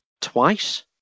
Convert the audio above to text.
Twice